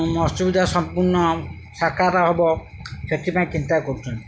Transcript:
ଅସୁବିଧା ସମ୍ପୂର୍ଣ୍ଣ ସାକାର ହବ ସେଥିପାଇଁ ଚିନ୍ତା କରୁଛନ୍ତି